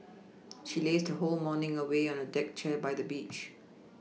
she lazed her whole morning away on a deck chair by the beach